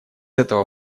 этого